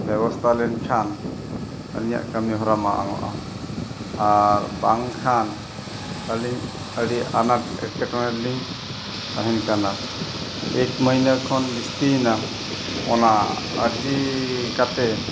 ᱵᱮᱵᱚᱥᱛᱷᱟ ᱞᱮᱱᱠᱷᱟᱱ ᱟᱹᱞᱤᱧᱟᱜ ᱠᱟᱹᱢᱤᱦᱚᱨᱟ ᱢᱟᱲᱟᱝᱚᱜᱼᱟ ᱟᱨ ᱵᱟᱝᱠᱷᱟᱱ ᱟᱹᱞᱤᱧ ᱟᱹᱰᱤ ᱟᱱᱟᱴ ᱮᱴᱠᱮᱴᱚᱬᱮ ᱨᱮᱞᱤᱧ ᱛᱟᱦᱮᱸ ᱠᱟᱱᱟ ᱮᱠ ᱢᱟᱹᱦᱱᱟᱹ ᱠᱷᱚᱱ ᱵᱤᱥᱛᱤᱭᱮᱱᱟ ᱚᱱᱟ ᱟᱨᱡᱤ ᱠᱟᱛᱮᱫ